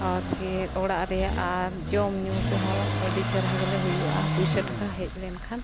ᱟᱨ ᱯᱷᱤᱨ ᱚᱲᱟᱜ ᱨᱮᱱᱟᱜ ᱟᱨ ᱡᱚᱢ ᱧᱩ ᱠᱚᱦᱚᱸ ᱟᱹᱰᱤ ᱪᱮᱦᱨᱟ ᱜᱮᱞᱮ ᱦᱩᱭᱩᱜᱼᱟ ᱯᱚᱭᱥᱟ ᱴᱟᱠᱟ ᱦᱮᱡ ᱞᱮᱱᱠᱷᱟᱱ